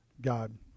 God